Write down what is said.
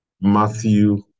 Matthew